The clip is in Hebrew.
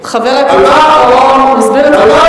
חבר הכנסת אורון מסביר את זה כל כך יפה.